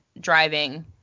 driving